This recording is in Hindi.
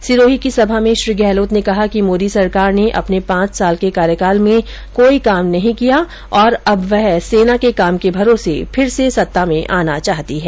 सिरोही की सभा में श्री गहलोत ने कहा कि मोदी सरकार ने अपने पांच साल के कार्यकाल में कोई काम नहीं किया और अब वह सेना के काम के भरोसे फिर से सत्ता मे आना चाहती है